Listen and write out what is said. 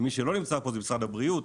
ומי שלא נמצא פה זה משרד הבריאות,